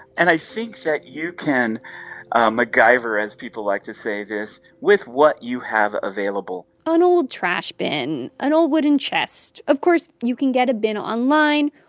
and i think that you can ah macgyver, as people like to say, this with what you have available an old trash bin, an old wooden chest. of course, you can get a bin online,